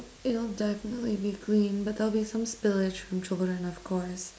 it'll definitely be clean but there'll be some spillage from children of course